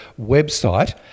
website